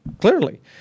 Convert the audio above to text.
clearly